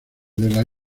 las